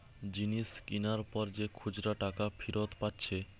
জিনিস কিনার পর যে খুচরা টাকা ফিরত পাচ্ছে